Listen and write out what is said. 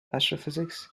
astrophysics